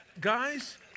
Guys